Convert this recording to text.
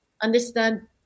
understand